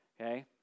okay